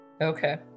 Okay